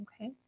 Okay